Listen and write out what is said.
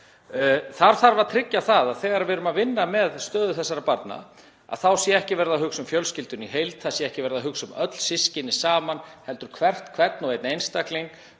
Þar þarf að tryggja að þegar við erum að vinna með stöðu þessara barna þá sé ekki verið að hugsa um fjölskylduna í heild, það sé ekki verið að hugsa um öll systkini saman heldur hvern og einn einstakling,